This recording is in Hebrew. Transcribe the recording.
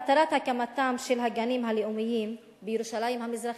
מטרת הקמתם של הגנים הלאומיים בירושלים המזרחית,